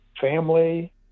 family